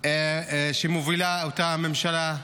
שמובילה אותה הממשלה,